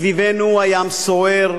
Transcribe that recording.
מסביבנו הים סוער,